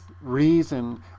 reason